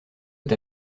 est